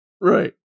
Right